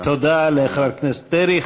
תודה לחבר הכנסת פרי.